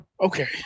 Okay